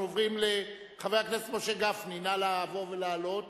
חבר הכנסת משה גפני, נא לבוא ולעלות